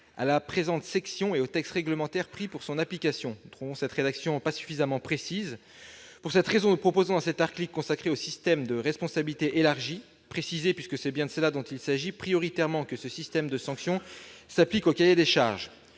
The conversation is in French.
à la présente section et aux textes réglementaires pris pour son application. Or nous trouvons cette rédaction insuffisamment précise. Pour cette raison, nous proposons dans cet article consacré aux systèmes de responsabilité élargie de préciser, puisque c'est bien de cela qu'il s'agit, que ce système de sanction s'applique prioritairement aux cahiers des charges.